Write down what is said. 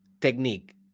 technique